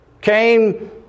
Cain